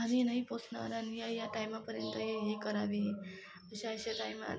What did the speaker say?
हानी नाही पोचणार आणि या या टायमापर्यन्त हे हे करावे अशा अशा टायमात